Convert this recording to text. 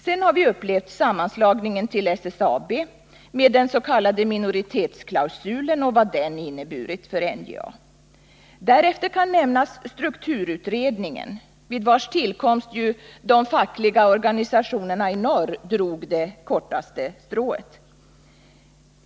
Sedan har vi upplevt sammanslagningen till SSAB, med den s.k. minoritetsklausulen och vad den inneburit för NJA. Därefter kan nämnas strukturutredningen — vid vars tillkomst de fackliga organisationerna i norr drog det kortaste strået.